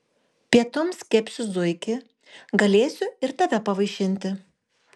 pietums kepsiu zuikį galėsiu ir tave pavaišinti